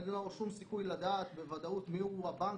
אין לו שום סיכוי לדעת בוודאות מיהו הבנק